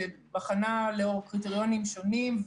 שבחנה לאור קריטריונים שונים,